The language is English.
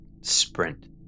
sprint